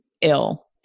ill